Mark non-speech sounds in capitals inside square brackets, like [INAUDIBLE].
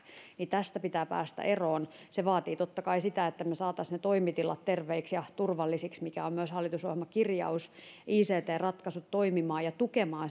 tästä pitää päästä eroon se vaatii totta kai sitä että me saisimme ne toimitilat terveiksi ja turvallisiksi mikä on myös hallitusohjelmakirjaus ict ratkaisut toimimaan ja tukemaan [UNINTELLIGIBLE]